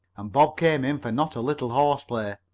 and bob came in for not a little horse-play.